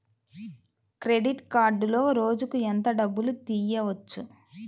Credit కార్డులో రోజుకు ఎంత డబ్బులు తీయవచ్చు?